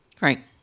Right